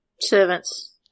servants